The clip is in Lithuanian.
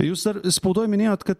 jūs ar spaudoj minėjot kad